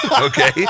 okay